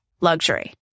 luxury